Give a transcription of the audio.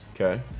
okay